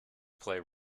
play